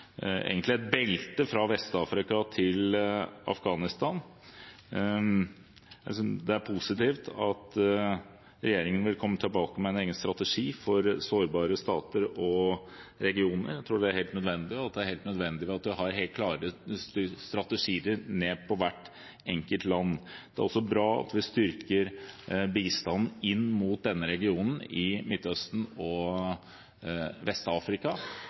egentlig et belte fra Vest-Afrika til Afghanistan. Det er positivt at regjeringen vil komme tilbake med en egen strategi for sårbare stater og regioner – jeg tror det er helt nødvendig – og det er helt nødvendig ved at man har helt klare strategier for hvert enkelt land. Det er også bra at vi styrker bistanden til denne regionen i Midtøsten og